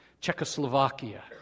Czechoslovakia